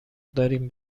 دارین